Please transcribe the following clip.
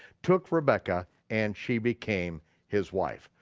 took rebekah, and she became his wife.